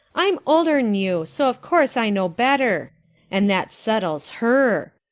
i'm oldern you, so of course i know better and that settles her.